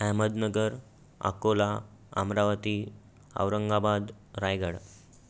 Ahmednagar Akola Amravati Aurangabad Raigad